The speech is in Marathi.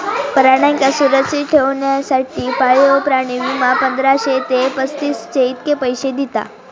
प्राण्यांका सुरक्षित ठेवच्यासाठी पाळीव प्राणी विमा, पंधराशे ते पस्तीसशे इतके पैशे दिता